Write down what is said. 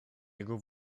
jego